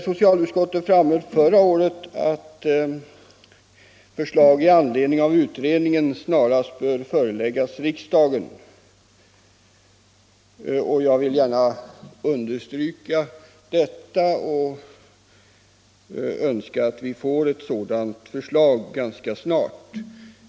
Socialutskottet framhöll förra året att förslag i anledning av utredningen snarast bör föreläggas riksdagen. Jag vill gärna understryka detta — det är önskvärt att vi får ett sådant förslag ganska snart.